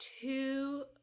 two